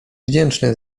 wdzięczny